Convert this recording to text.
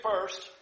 first